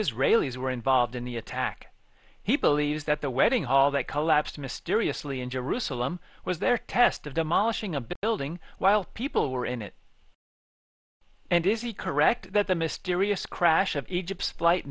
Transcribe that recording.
israelis were involved in the attack he believes that the wedding hall that collapsed mysteriously in jerusalem was their test of demolishing a building while people were in it and is he correct that the mysterious crash of egypt's flight